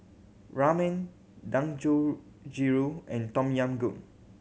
Ramen Dangojiru and Tom Yam Goong